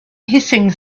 hissing